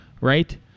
right